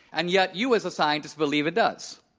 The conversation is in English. and yet you as a scientist believe it does.